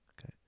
Okay